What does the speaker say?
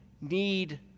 need